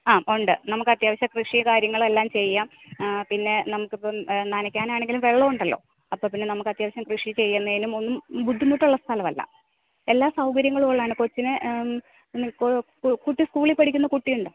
ആ ഉണ്ട് നമുക്ക് അത്യാവശ്യം കൃഷി കാര്യങ്ങളെല്ലാം ചെയ്യാം പിന്നേ നമുക്കിപ്പോള് നനക്കാനാണെങ്കിലും വെള്ളമുണ്ടല്ലോ അപ്പള്പ്പിന്നെ നമുക്കത്യാവശ്യം കൃഷി ചെയ്യുന്നതിനും ഒന്നും ബുദ്ധിമുട്ടുള്ള സ്ഥലമല്ല എല്ലാ സൗകര്യങ്ങളും ഉള്ളതാണ് കൊച്ചിന് കുട്ടി സ്കൂളില് പഠിക്കുന്ന കുട്ടിയുണ്ടോ